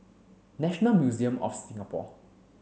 National Museum of Singapore